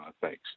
thanks